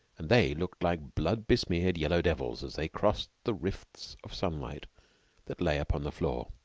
and they looked like blood-besmeared yellow devils as they crossed the rifts of sunlight that lay upon the floor.